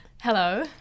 Hello